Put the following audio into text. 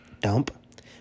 dump